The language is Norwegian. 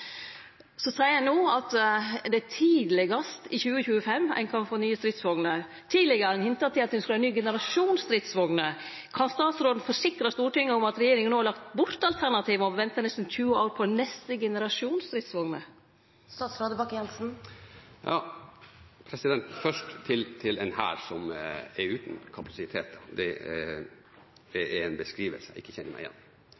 Så seier ein no at ein tidlegast i 2025 kan få nye stridsvogner. Tidlegare har ein hinta om at ein skulle ha ein ny generasjon stridsvogner. Kan statsråden forsikre Stortinget om at regjeringa no har lagt bort alternativet om å vente nesten 20 år på neste generasjon stridsvogner? Først: En hær som er uten kapasiteter er en beskrivelse jeg ikke kjenner meg igjen i. Det